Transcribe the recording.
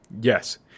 Yes